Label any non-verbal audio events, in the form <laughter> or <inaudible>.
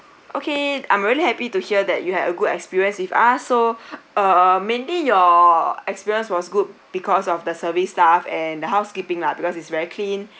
okay I'm really happy to hear that you had a good experience with us so <breath> uh mainly your experience was good because of the service staff and the housekeeping lah because it's very clean <breath>